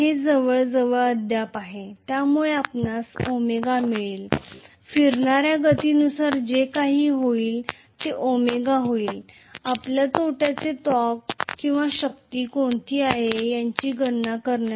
हे जवळजवळ अद्याप आहे ज्यामुळे आपणास ω मिळेल फिरणाऱ्या गतीनुसार जे काही होईल ते ω होईल आपल्या तोट्याचे टॉर्क किंवा शक्ती कोणती आहे याची गणना करण्यासाठी